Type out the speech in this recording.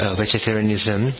vegetarianism